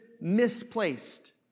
misplaced